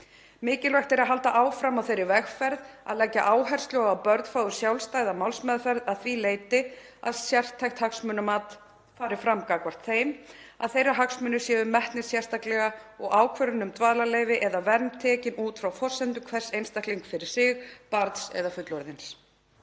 Mikilvægt er að halda áfram á þeirri vegferð að leggja áherslu á að börn fái sjálfstæða málsmeðferð að því leyti að sértækt hagsmunamat fari fram gagnvart þeim, að þeirra hagsmunir séu metnir sérstaklega og ákvörðun um dvalarleyfi eða vernd tekin út frá forsendum hvers einstaklings fyrir sig, barns eða fullorðins.